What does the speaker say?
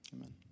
Amen